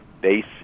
base